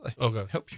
Okay